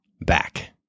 back